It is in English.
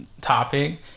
topic